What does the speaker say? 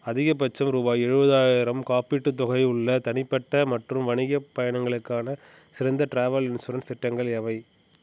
அதிகபட்சம் ரூபாய் ஏழுபதாயிரம் காப்பீட்டுத் தொகை உள்ள தனிப்பட்ட மற்றும் வணிகப் பயணங்களுக்கான சிறந்த ட்ராவல் இன்சூரன்ஸ் திட்டங்கள் எவை